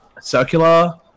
circular